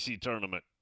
tournament